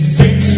six